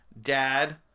dad